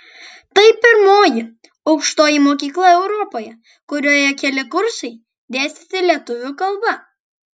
tai pirmoji aukštoji mokykla europoje kurioje keli kursai dėstyti lietuvių kalba